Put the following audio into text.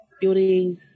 building